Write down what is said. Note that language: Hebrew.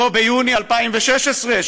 או ליוני 2016,